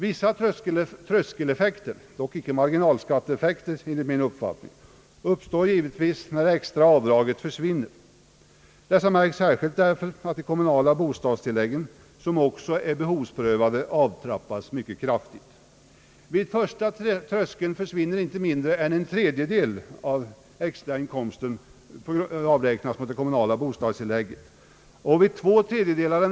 Vissa tröskeleffekter dock inte svåra marginalskatteeffekter enligt min mening — uppstår givetvis, när det extra avdraget försvinner. Detta märks särskilt därför att det kommunala bostadstillägget, som också är behovsprövat, avtrappas mycket kraftigt. Vid den första tröskeln försvinner inte mindre än en tredjedel av extrainkomsten avräknad mot det kommunala <<: bostadstillägget.